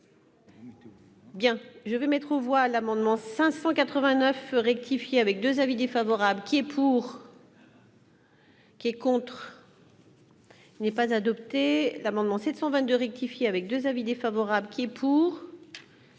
Bien, je vais mettre aux voix l'amendement 589 rectifié avec 2 avis défavorables qui est pour. Qui est contre. Ce n'est pas adopté l'amendement 722 rectifié avec 2 avis défavorables qui est pour.